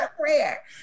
prayer